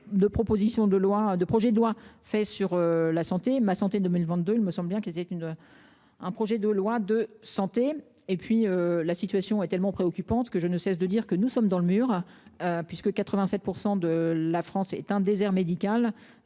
de proposition de loi de projets de loi fait sur la santé ma santé 2022 il me semble bien qu'c'était une. Un projet de loi de santé et puis, la situation est tellement préoccupante que je ne cesse de dire que nous sommes dans le mur. Puisque 87% de la France est est un désert médical.